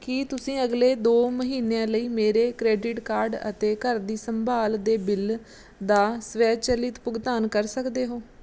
ਕੀ ਤੁਸੀਂਂ ਅਗਲੇ ਦੋ ਮਹੀਨਿਆਂ ਲਈ ਮੇਰੇ ਕਰੇਡਿਟ ਕਾਰਡ ਅਤੇ ਘਰ ਦੀ ਸੰਭਾਲ ਦੇ ਬਿੱਲ ਦਾ ਸਵੈਚਲਿਤ ਭੁਗਤਾਨ ਕਰ ਸਕਦੇ ਹੋ